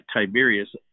Tiberius